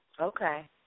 Okay